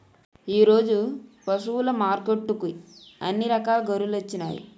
ఈరోజు పశువులు మార్కెట్టుకి అన్ని రకాల గొర్రెలొచ్చినాయ్